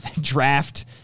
draft